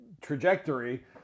trajectory